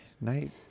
night